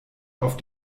auf